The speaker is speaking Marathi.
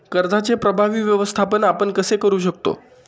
कर्जाचे प्रभावी व्यवस्थापन आपण कसे करु शकतो?